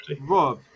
Rob